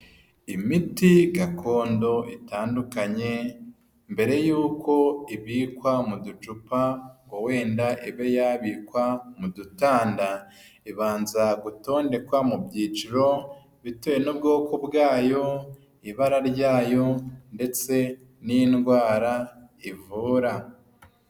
Imiti gakondo itandukanye, mbere yuko ibikwa mu ducupa ngo wenda ibe yabikwa mu dutanda, ibanza gutondekwa mu byiciro bitewe n'ubwoko bwayo, ibara ryayo, ndetse n'indwara ivura.